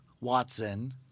Watson